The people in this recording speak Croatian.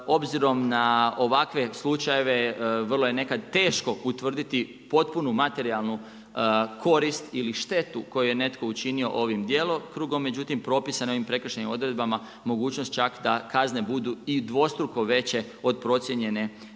Obzirom na ovakve slučajeve, vrlo je nekada teško utvrditi potpunu materijalnu korist ili štetu koju je netko učinio ovim djelokrugom. Međutim, propisano ovim prekršajnim odredbama, mogućnost čak da kazne budu i dvostruko veće od procijenjene